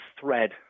thread